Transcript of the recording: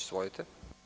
Izvolite.